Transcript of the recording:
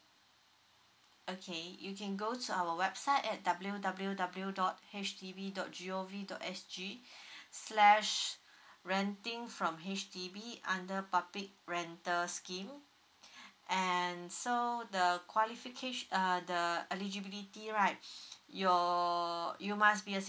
okay you can go to our website at w w w dot H D B dot gov dot s g slash renting from H_D_B under public rental scheme and so the qualifica~ uh the uh eligibility right your you must be a